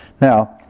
Now